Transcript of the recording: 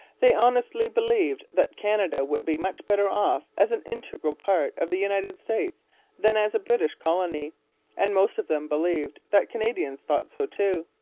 they honestly believed that canada would be much better off as an integral part of the united states than as a british colony and most of them believed that canadians thought so too.